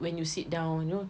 when you sit down you know